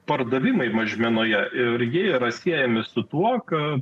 pardavimai mažmenoje irgi yra siejami su tuo ką